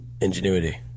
Ingenuity